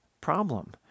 problem